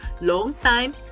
long-time